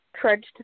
trudged